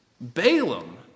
Balaam